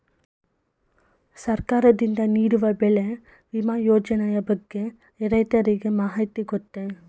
ಸರ್ಕಾರದಿಂದ ನೀಡುವ ಬೆಳೆ ವಿಮಾ ಯೋಜನೆಯ ಬಗ್ಗೆ ರೈತರಿಗೆ ಮಾಹಿತಿ ಗೊತ್ತೇ?